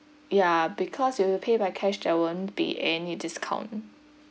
yeah because if you pay by cash there won't be any discount